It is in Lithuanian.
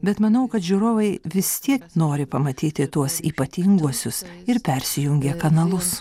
bet manau kad žiūrovai vis tiek nori pamatyti tuos ypatinguosius ir persijungia kanalus